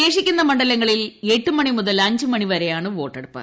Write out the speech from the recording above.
ശേഷിക്കുന്ന മണ്ഡലങ്ങളിൽ എട്ടു മണിമുതൽ അഞ്ചു മണിവരെയാണ് വോട്ടെടുപ്പ്